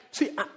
See